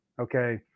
Okay